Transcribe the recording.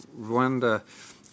Rwanda